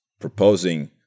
proposing